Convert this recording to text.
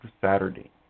Saturday